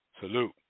Salute